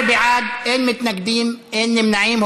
17 בעד, אין מתנגדים, אין נמנעים.